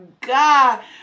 God